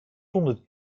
zonder